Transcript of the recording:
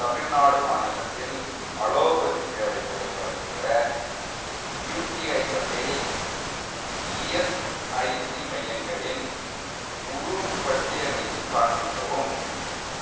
தமிழ்நாடு மாநிலத்தில் அலோபதி சேவைகளை வழங்குகிற யுடிஐ வகை இஎஸ்ஐசி மையங்களின் முழுப் பட்டியலையும் காண்பிக்கவும்